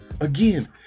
again